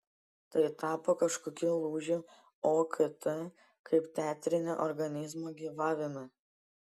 tai tapo kažkokiu lūžiu okt kaip teatrinio organizmo gyvavime